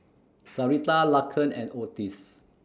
Sarita Laken and Ottis